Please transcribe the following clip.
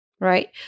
Right